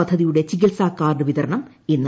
പദ്ധതിയുടെ ചികിത്സാ കാർഡ് വിതരണം ഇന്ന്